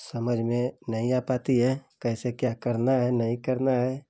समझ में नहीं आ पाती है कैसे क्या करना है नहीं करना है